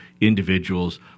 individuals